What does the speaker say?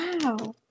Wow